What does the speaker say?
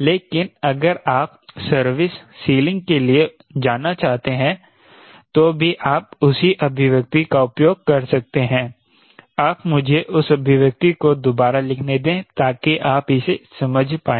लेकिन अगर आप सर्विस सीलिंग के लिए जाना चाहते हैं तो भी आप उसी अभिव्यक्ति का उपयोग कर सकते हैं आप मुझे उस अभिव्यक्ति को दोबारा लिखने दें ताकि आप इसे समझ पाए